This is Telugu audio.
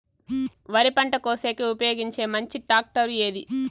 వరి పంట కోసేకి ఉపయోగించే మంచి టాక్టర్ ఏది?